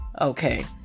Okay